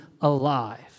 alive